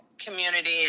community